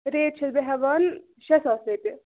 rate چھَس بہٕ ہٮ۪وان شےٚ ساس رۄپیہِ